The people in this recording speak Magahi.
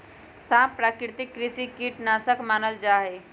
सांप प्राकृतिक कृषि कीट नाशक मानल जा हई